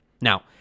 Now